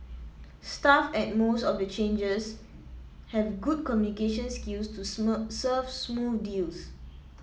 staff at most of the changers have good communication skills to serve smooth deals